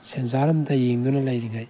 ꯁꯦꯟꯖꯥꯔꯝꯗ ꯌꯦꯡꯗꯨꯅ ꯂꯩꯔꯤꯉꯩ